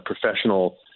professional